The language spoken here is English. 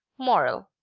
moral.